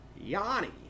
Yanni